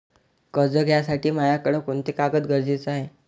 कर्ज घ्यासाठी मायाकडं कोंते कागद गरजेचे हाय?